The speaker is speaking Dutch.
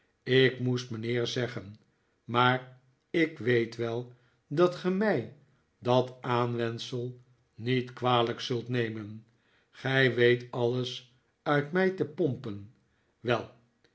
ik moest mijnheer zeggen maar ik weet wel dat ge mij dat aanwensel niet kwalijk zult nemen gij weet alles uit mij te pompen wel